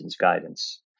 guidance